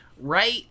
right